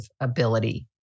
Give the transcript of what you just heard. ability